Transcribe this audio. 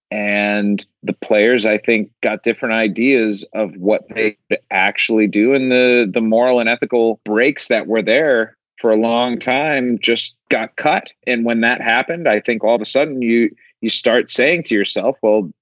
and the players, i think, got different ideas of what they actually do in the the moral and ethical breaks that were there for a long time just got cut. and when that happened, i think all of a sudden you you start saying to yourself, well,